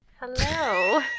Hello